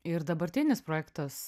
ir dabartinis projektas